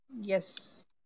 Yes